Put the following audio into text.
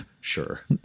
Sure